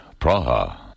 Praha